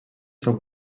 són